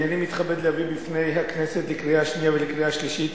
הנני מתכבד להביא בפני הכנסת לקריאה שנייה ולקריאה שלישית